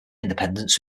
independence